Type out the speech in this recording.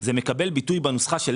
זה מקבל ביטוי בנוסחה.